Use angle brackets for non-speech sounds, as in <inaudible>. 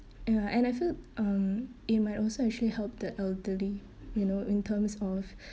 ya and I feel um it might also actually help the elderly you know in terms of <breath>